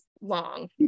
long